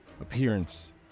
appearance